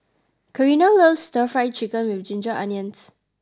Karina loves Stir Fry Chicken with Ginger Onions